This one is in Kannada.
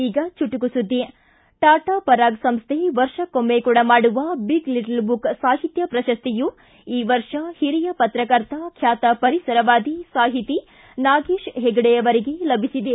ಈಗ ಚುಟುಕು ಸುದ್ಗಿ ಟಾಟಾ ಪರಾಗ್ ಸಂಸ್ಥೆ ವರ್ಷಕ್ಕೊಮ್ನೆ ಕೊಡಮಾಡುವ ಬಿಗ್ ಲಿಟ್ಲೆ ಬುಕ್ ಸಾಹಿತ್ಯ ಪ್ರಶಸ್ತಿಯು ಈ ವರ್ಷ ಹಿರಿಯ ಪತ್ರಕರ್ತ ಖ್ಯಾತ ಪರಿಸರವಾದಿ ಸಾಹಿತಿ ನಾಗೇಶ ಹೆಗಡೆಯವರಿಗೆ ಲಭಿಸಿದೆ